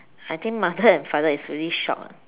I think mother and father is really shocked lah